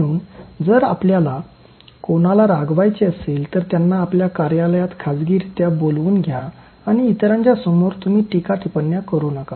म्हणून जर आपल्याला कोणाला रागवायचे असेल तर त्यांना आपल्या कार्यालयात खाजगीरित्या बोलवून घ्या आणि इतरांच्या समोर तुम्ही टीका टिप्पण्या करू नका